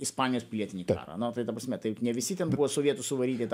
ispanijos pilietinį karą nu tai ta prasme taip ne visi ten buvo sovietų suvaryti į tą